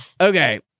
Okay